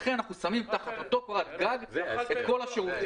לכן אנחנו שמים תחת אותו פרט-גג את כל השירותים.